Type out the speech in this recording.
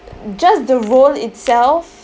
just the role itself